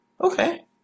Okay